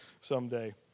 someday